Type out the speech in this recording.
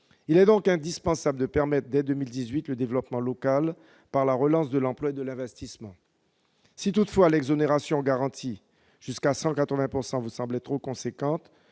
Il est donc indispensable de permettre, dès 2018, le développement local par la relance de l'emploi et de l'investissement. Si toutefois l'exonération garantie jusqu'à 180 % du SMIC vous semblait trop importante,